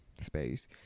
space